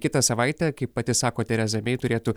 kitą savaitę kaip pati sako tereza mei turėtų